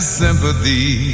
sympathy